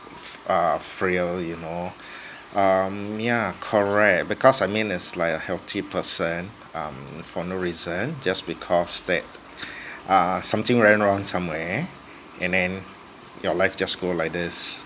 err frail you know um yeah correct because I mean is like a healthy person um for no reason just because that uh something went wrong somewhere and then your life just goes like this